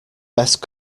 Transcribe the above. best